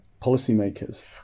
policymakers